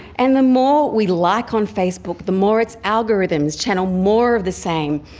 and the more we like on facebook, the more its algorithms channel more of the same,